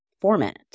format